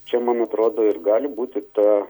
čia man atrodo ir gali būti ta